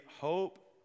hope